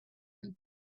and